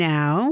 Now